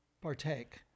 partake